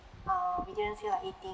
err we didn't feel like eating